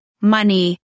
money